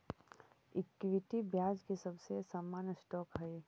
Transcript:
equity ब्याज के सबसे सामान्य स्टॉक हई